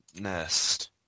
nest